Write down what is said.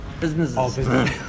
businesses